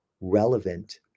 relevant